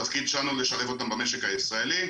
התפקיד שלנו הוא לשלב אותם במשק הישראלי,